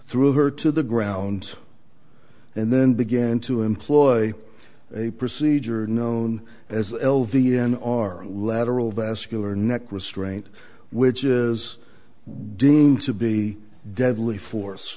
threw her to the ground and then began to employ a procedure known as l v n are a lateral vascular neck restraint which is deemed to be deadly force